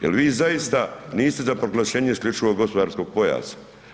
Jel vi zaista niste za proglašenje isključivog gospodarskog pojasa?